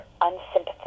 unsympathetic